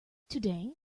today